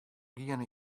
giene